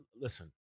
listen